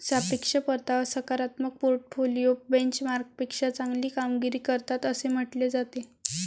सापेक्ष परतावा सकारात्मक पोर्टफोलिओ बेंचमार्कपेक्षा चांगली कामगिरी करतात असे म्हटले जाते